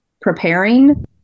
preparing